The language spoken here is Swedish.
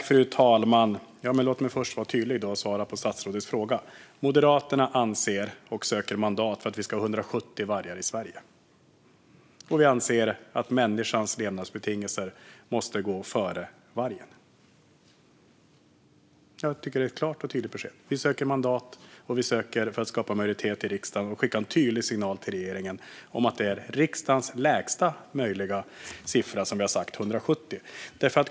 Fru talman! Låt mig först vara tydlig och svara på statsrådets fråga. Moderaterna anser, och söker mandat för, att vi ska ha 170 vargar i Sverige. Och vi anser att människans levnadsbetingelser måste gå före vargen. Jag tycker att det är ett klart och tydligt besked. Vi söker mandat för att skapa majoritet i riksdagen och skicka en tydlig signal till regeringen om att det är riksdagens lägsta möjliga siffra som vi har sagt - 170.